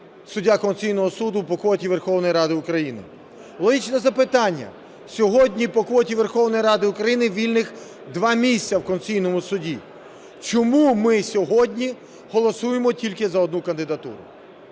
суддя Конституційного Суду по квоті Верховної Ради України. Логічне запитання. Сьогодні по квоті Верховної Ради України вільних два місця у Конституційному Суді. Чому ми сьогодні голосуємо тільки за одну кандидатуру?